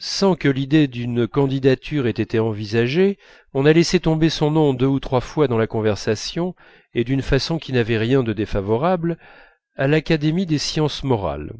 sans que l'idée d'une candidature ait été envisagée on a laissé tomber son nom deux ou trois dans la conversation et d'une façon qui n'avait rien de défavorable à l'académie des sciences morales